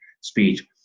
speech